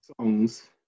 songs